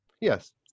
Yes